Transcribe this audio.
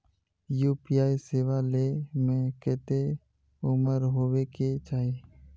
UPI सेवा ले में कते उम्र होबे के चाहिए?